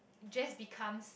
just becomes